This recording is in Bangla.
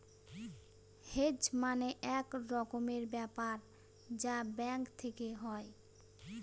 হেজ মানে এক রকমের ব্যাপার যা ব্যাঙ্ক থেকে হয়